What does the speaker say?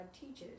teaches